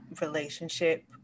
relationship